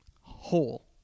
Whole